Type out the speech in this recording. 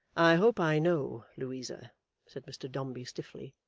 i hope i know, louisa said mr dombey, stiffly,